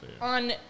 On